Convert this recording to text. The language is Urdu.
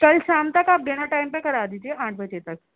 کل شام تک آپ ڈنر ٹائم تک کرا دیجیے آٹھ بجے تک